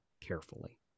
carefully